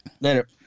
Later